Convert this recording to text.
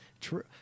True